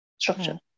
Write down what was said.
structure